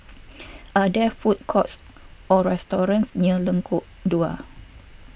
are there food courts or restaurants near Lengkok Dua